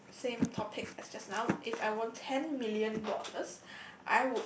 same topic as just now if I won ten million dollars I would